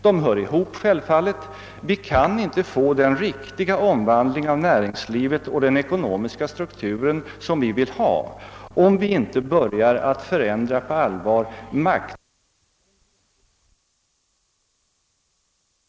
De hör självfallet samman. Vi kan inte få till stånd den riktiga omvandling av näringslivet och den ekonomiska struktur som vi vill ha, om vi inte på allvar börjar förändra maktförhållandena inom näringslivet och samhället — alltså om icke de ekonomiska och politiska strukturförändringarna går hand i hand.